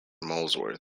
molesworth